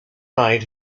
night